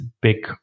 big